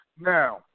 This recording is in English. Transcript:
Now